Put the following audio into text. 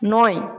নয়